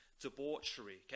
debauchery